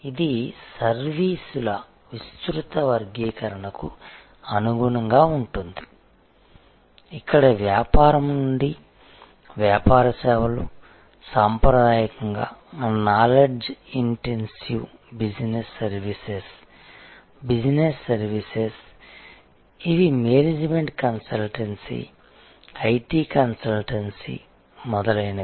ఇది సర్వీసుల విస్తృత వర్గీకరణకు అనుగుణంగా ఉంటుంది ఇక్కడ వ్యాపారం నుండి వ్యాపార సేవలు సాంప్రదాయంగా knowledge intensive business services business services ఇవి మేనేజ్మెంట్ కన్సల్టెన్సీ ఐటి కన్సల్టెన్సీ మొదలైనవి